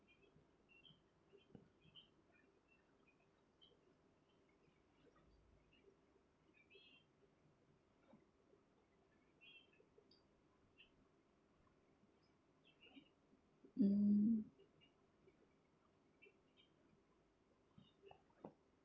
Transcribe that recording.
mm